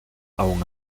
aun